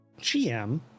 GM